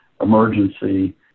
emergency